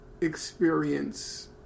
experience